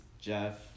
Jeff